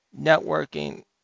networking